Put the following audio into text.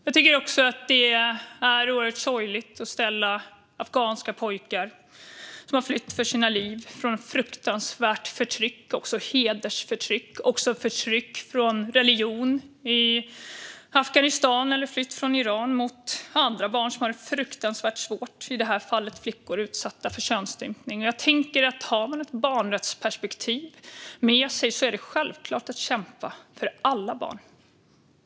Jag tycker också att det är oerhört sorgligt att ställa afghanska pojkar som har flytt för livet från ett fruktansvärt förtryck, också hedersförtryck och förtryck från religion, i Afghanistan eller Iran - mot andra barn som har det fruktansvärt svårt, i det här fallet flickor som har utsatts för könsstympning. Jag tänker att om man har ett barnrättsperspektiv med sig är det självklart att kämpa för alla barn.